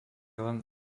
len